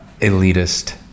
elitist